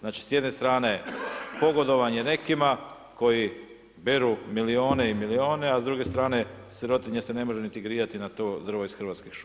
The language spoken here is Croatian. Znači, s jedne strane pogodovanje nekima koji beru milione i milione, a s druge strane, sirotinja se ne može niti grijati na to drvo iz Hrvatskih šuma.